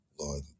Lord